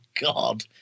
God